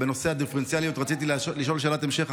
בנושא הדיפרנציאליות רציתי לשאול שאלת המשך,